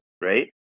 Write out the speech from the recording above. Right